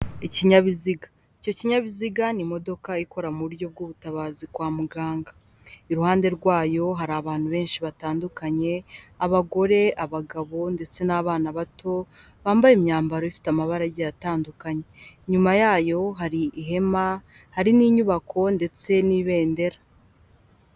Ikinyabiziga, icyo kinyabiziga ni imodoka ikora mu buryo bw'ubutabazi kwa muganga, iruhande rwayo hari abantu benshi batandukanye, abagore, abagabo ndetse n'abana bato, bambaye imyambaro ifite amabara agiye atandukanye, inyuma yayo hari ihema hari n'inyubako ndetse n'ibendera.